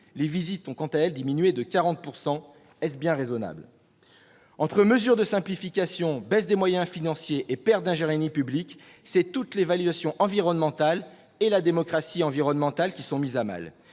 Les visites ont, quant à elles, diminué de 40 %. Est-ce bien raisonnable ? Entre mesures de simplification, baisse des moyens financiers et pertes d'ingénierie publique, c'est toute l'évaluation et la démocratie environnementales qui sont mises à mal